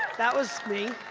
that was me.